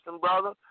brother